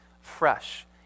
fresh